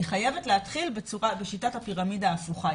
היא חייבת להתחיל בשיטת הפירמידה ההפוכה.